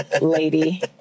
lady